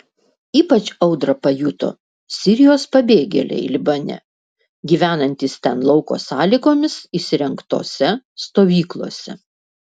ypač audrą pajuto sirijos pabėgėliai libane gyvenantys ten lauko sąlygomis įsirengtose stovyklose